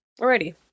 Alrighty